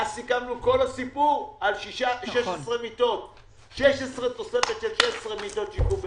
אז דיברנו בסך הכול על תוספת של 16 מיטות שיקום בפוריה.